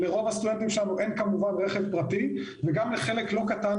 ולרוב הסטודנטים שלנו אין רכב פרטי וגם לחלק לא קטן